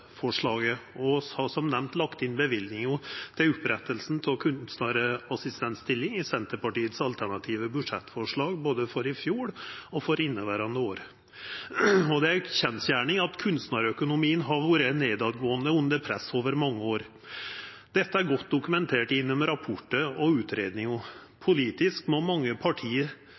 og vi har som nemnt lagt inn løyvingar til oppretting av kunstnarassistentstillingar i vårt alternative budsjettforslag både for i fjor og for inneverande år. Det er ei kjensgjerning at kunstnarøkonomien har hatt ein nedgang og vore under press i mange år. Dette er godt dokumentert i rapportar og utgreiingar. Politisk må mange parti